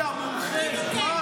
זאת המצאה.